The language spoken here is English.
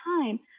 time